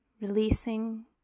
releasing